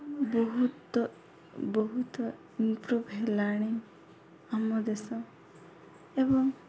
ବହୁତ ବହୁତ ଇମ୍ପ୍ରୁଭ୍ ହେଲାଣି ଆମ ଦେଶ ଏବଂ